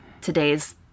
today's